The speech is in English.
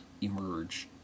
emerge